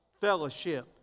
fellowship